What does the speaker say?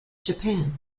japan